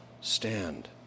stand